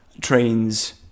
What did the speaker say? trains